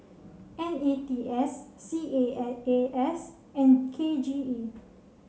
N E T S C A A A S and K G E